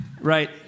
right